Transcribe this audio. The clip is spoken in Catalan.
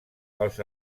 els